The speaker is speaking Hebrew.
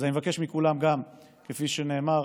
אז אני מבקש מכולם, כפי שנאמר,